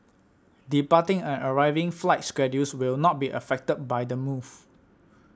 departing and arriving flight schedules will not be affected by the move